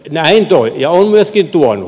näin toi ja on myöskin tuonut